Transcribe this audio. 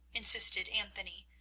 insisted anthony,